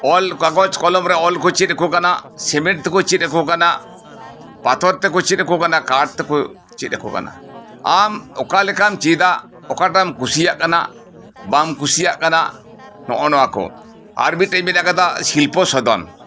ᱚᱞ ᱠᱟᱜᱚᱡᱽ ᱠᱚᱞᱚᱢ ᱨᱮ ᱚᱞ ᱠᱚ ᱪᱮᱫ ᱟᱠᱚ ᱠᱟᱱᱟ ᱥᱤᱢᱮᱴ ᱛᱮᱠᱚ ᱪᱮᱫ ᱟᱠᱚ ᱠᱟᱱᱟ ᱯᱟᱛᱷᱚᱨ ᱛᱮᱠᱚ ᱪᱮᱫ ᱟᱠᱚ ᱠᱟᱱᱟ ᱠᱟᱴ ᱛᱮᱠᱚ ᱪᱮᱫ ᱟᱠᱚ ᱠᱟᱱᱟ ᱟᱢ ᱚᱠᱟ ᱞᱮᱠᱟᱢ ᱪᱮᱫᱟ ᱚᱠᱟᱴᱟᱜ ᱮᱢ ᱠᱩᱥᱤᱭᱟᱜ ᱠᱟᱱᱟ ᱵᱟᱢ ᱠᱩᱥᱤᱭᱟᱜ ᱠᱟᱱᱟ ᱱᱚᱜᱼᱚ ᱱᱚᱣᱟ ᱠᱚ ᱟᱨ ᱢᱤᱜᱴᱮᱡ ᱢᱮᱱᱟᱜ ᱠᱟᱫᱟ ᱥᱤᱞᱯᱚ ᱥᱚᱫᱚᱱ